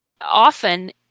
Often